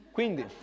Quindi